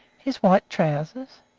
his white trousers?